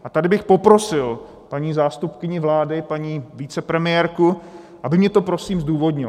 A tady bych poprosil paní zástupkyni vlády, paní vicepremiérku, aby mně to prosím zdůvodnila.